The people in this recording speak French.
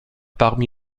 parmi